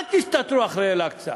אל תסתתרו מאחורי אל-אקצא.